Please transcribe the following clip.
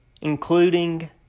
Including